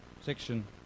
section